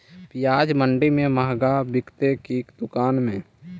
प्याज मंडि में मँहगा बिकते कि दुकान में?